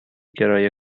کرایه